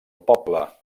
poble